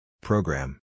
Program